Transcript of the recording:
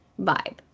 vibe